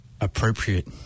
appropriate